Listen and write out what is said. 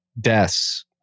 deaths